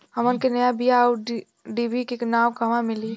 हमन के नया बीया आउरडिभी के नाव कहवा मीली?